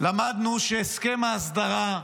למדנו שהסכם ההסדרה,